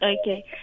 Okay